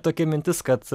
tokia mintis kad